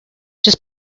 just